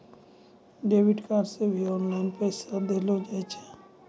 debit card से भी online पैसा देलो जाय छै